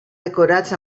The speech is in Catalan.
decorats